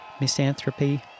Misanthropy